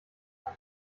kann